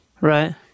right